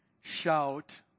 shout